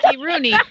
Rooney